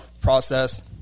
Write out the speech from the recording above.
process